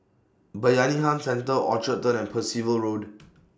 Bayanihan Centre Orchard Turn and Percival Road